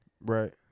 Right